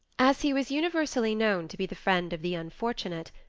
as he was universally known to be the friend of the unfortunate,